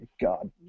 god